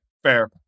Fair